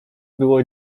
było